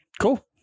Cool